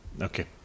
Okay